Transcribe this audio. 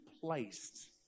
placed